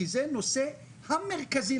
כי זה הנושא המרכזי,